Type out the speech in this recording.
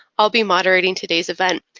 i'll be moderating today's event.